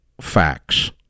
facts